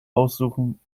aussuchen